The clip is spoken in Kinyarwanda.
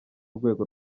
rwego